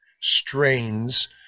strains